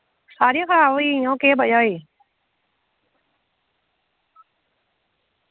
सारियां खराब होई गेइयां ओह् केह् बजह होई